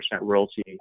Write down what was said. royalty